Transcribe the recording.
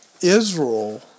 Israel